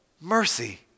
mercy